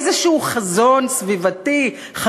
חזון סביבתי כלשהו,